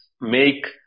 make